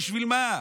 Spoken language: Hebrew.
בשביל מה?